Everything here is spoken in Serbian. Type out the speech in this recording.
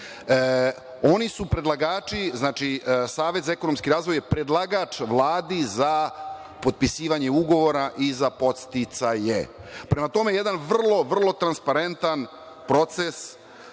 Oni su predlagači. Znači, Savet za ekonomski razvoj je predlagač Vladi za potpisivanje ugovora i za podsticaje. Prema tome, jedan vrlo, vrlo transparentan proces